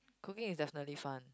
cooking is definitely fun